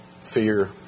fear